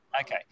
Okay